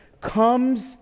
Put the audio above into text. comes